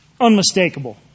unmistakable